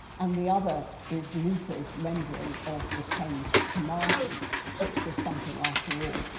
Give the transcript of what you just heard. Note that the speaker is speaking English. and the other is luther's rendering of the ten commandments, which was something, after all,